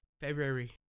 February